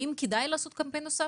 האם כדאי לעשות קמפיין נוסף?